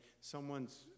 someone's